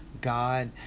God